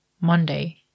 Monday